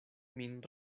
min